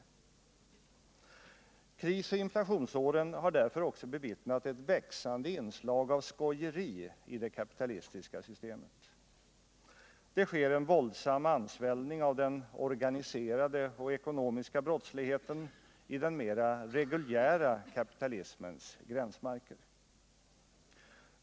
Under krisoch inflationsåren har vi därför också bevittnat ett växande inslag av skojeri i det kapitalistiska systemet. Det sker en våldsam ansvällning av den organiserade och ekonomiska brottsligheten i den mera reguljära kapitalismens gränsmarker.